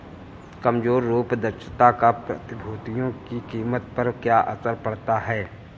कमजोर रूप दक्षता का प्रतिभूतियों की कीमत पर क्या असर पड़ता है?